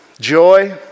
Joy